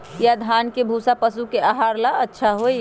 या धान के भूसा पशु के आहार ला अच्छा होई?